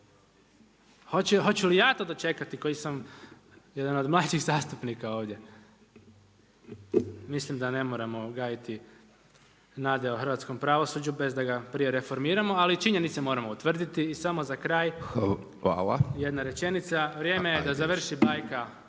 Hoću li ja to dočekati koji sam jedan od mlađih zastupnika ovdje? Mislim da ne moramo gajiti nade o hrvatskom pravosuđu bez da ga prije reformiramo ali činjenice moramo utvrditi. I samo za kraj jedna rečenica. …/Upadica Dončić: Hvala./…